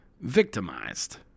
victimized